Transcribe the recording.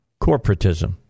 corporatism